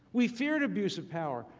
we feared abuse of power.